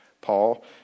Paul